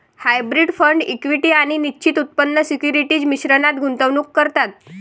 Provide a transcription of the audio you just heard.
hybrid fund equity आणि निश्चित उत्पन्न सिक्युरिटीज मिश्रणात गुंतवणूक करतात